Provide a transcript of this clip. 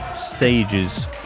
stages